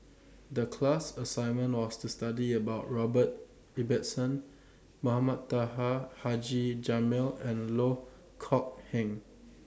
The class assignment was to study about Robert Ibbetson Mohamed Taha Haji Jamil and Loh Kok Heng